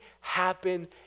happen